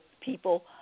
people